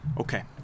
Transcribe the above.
Okay